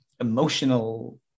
emotional